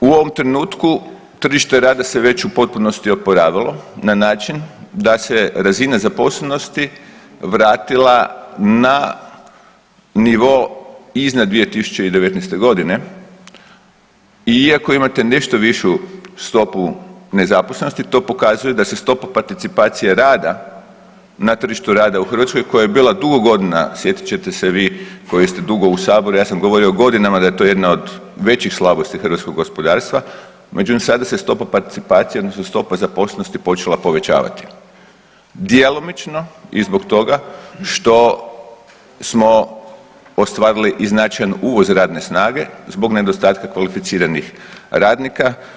U ovom trenutku tržište rada se već u potpunosti oporavilo na način da se razina zaposlenosti vratila na nivo iznad 2019.g. i iako imate nešto višu stopu nezaposlenosti to pokazuje da se stopa participacije rada na tržištu rada u Hrvatskoj koja je bila dugo godina, sjetit ćete se vi koji ste dugo u Saboru ja sam govorio godinama da je to jedna od većih slabosti hrvatskog gospodarstva, međutim sada se stopa participacije odnosno stopa zaposlenosti počela povećavati, djelomično i zbog toga što smo ostvarili i značajan uvoz radne snage zbog nedostatka kvalificiranih radnika.